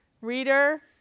Reader